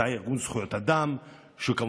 זה היה ארגון זכויות אדם שכמובן,